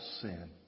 sin